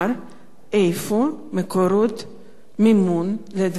איפה מקורות המימון לדברים האלה?